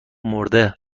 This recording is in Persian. مرده